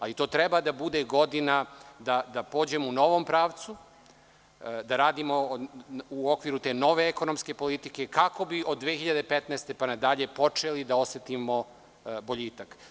Ali, to treba da bude godina u kojoj ćemo da pođemo u novom pravcu, da radimo u okviru te nove ekonomske politike, kako bi od 2015. godine pa na dalje počeli da osetimo boljitak.